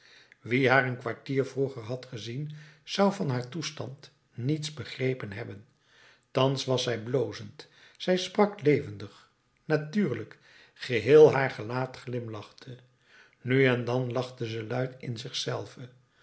wie haar een kwartier vroeger had gezien zou van haar toestand niets begrepen hebben thans was zij blozend zij sprak levendig natuurlijk geheel haar gelaat glimlachte nu en dan lachte ze luid in